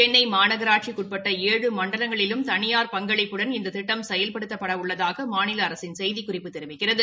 சென்னை மாநகராட்சிக்கு உட்பட்ட ஏழு மண்டலங்களிலும் தனியார் பங்களிப்புடன் இந்த திட்டம் செயல்படுத்தப்பட உள்ளதாக மாநில அரசின் செய்திக்குறிப்பு தெரிவிக்கிறது